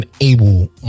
unable